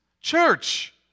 church